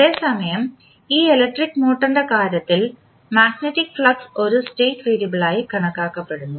അതേസമയം ഈ ഇലക്ട്രിക് മോട്ടോറിന്റെ കാര്യത്തിൽ മാഗ്നറ്റിക് ഫ്ലക്സ് ഒരു സ്റ്റേറ്റ് വേരിയബിളായി കണക്കാക്കപ്പെടുന്നു